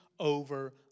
over